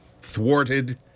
thwarted